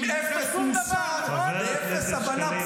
עם אפס מוסר -- חבר הכנסת שקלים,